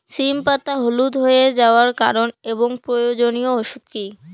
সিম পাতা হলুদ হয়ে যাওয়ার কারণ এবং প্রয়োজনীয় ওষুধ কি?